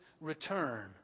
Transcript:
return